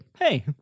hey